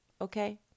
okay